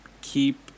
keep